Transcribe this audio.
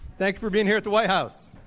thank you for being here at the white house.